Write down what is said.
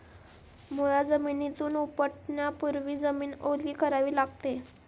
मुळा जमिनीतून उपटण्यापूर्वी जमीन ओली करावी लागते